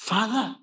Father